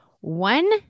one